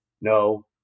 no